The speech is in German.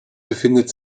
befindet